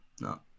no